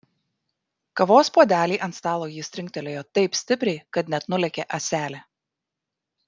kavos puodelį ant stalo jis trinktelėjo taip stipriai kad net nulėkė ąselė